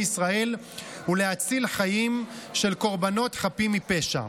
ישראל ולהציל חיים של קורבנות חפים מפשע.